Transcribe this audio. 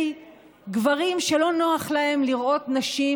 גברים שלא נוח להם לראות נשים,